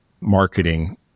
marketing